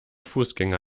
fußgänger